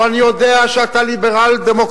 אבל אני יודע שאתה ליברל-דמוקרט.